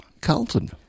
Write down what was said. Carlton